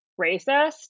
racist